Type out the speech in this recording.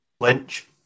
Lynch